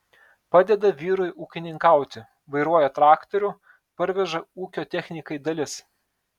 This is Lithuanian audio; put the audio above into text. padeda vyrui ūkininkauti vairuoja traktorių parveža ūkio technikai dalis